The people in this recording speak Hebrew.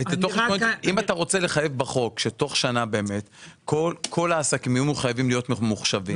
אם אתה רוצה לחייב בחוק שתוך שנה כל העסקים יהיו חייבים להיות ממוחשבים.